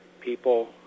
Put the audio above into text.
people